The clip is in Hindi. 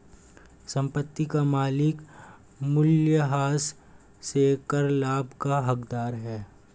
संपत्ति का मालिक मूल्यह्रास से कर लाभ का हकदार है